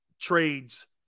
trades